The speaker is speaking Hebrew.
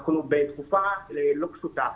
אנחנו בתקופה לא פשוטה,